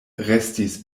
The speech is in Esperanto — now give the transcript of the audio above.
restis